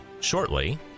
shortly